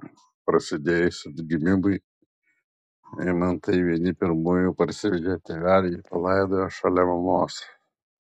prasidėjus atgimimui eimantai vieni pirmųjų parsivežė tėvelį ir palaidojo šalia mamos